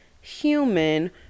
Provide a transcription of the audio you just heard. human